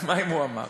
אז מה אם הוא אמר?